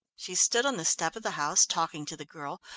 she stood on the step of the house talking to the girl,